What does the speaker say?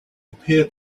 appeared